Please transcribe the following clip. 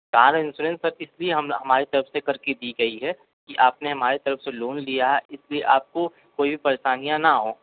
car insurance sir इसलिए हमारे तरफ़ से करके दी गई है कि आपने हमारे तरफ़ से लोन लिया है इसलिए आपको कोई भी परेशानियां ना हों